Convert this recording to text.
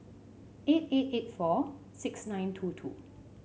eight eight eight four six nine two two